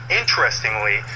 interestingly